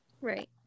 Right